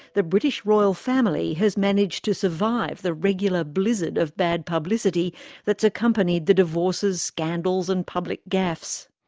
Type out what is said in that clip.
the british royal family has managed to survive the regular blizzard of bad publicity that's accompanied the divorces, scandals and public gaffes.